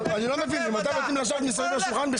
אני לא מבין ממתי נותנים לה לשבת מסביב לשולחן בכלל.